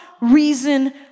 reason